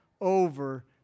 over